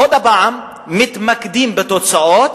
עוד פעם מתמקדים בתוצאות